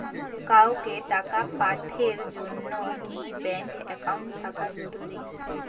কাউকে টাকা পাঠের জন্যে কি ব্যাংক একাউন্ট থাকা জরুরি?